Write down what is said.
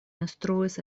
instruis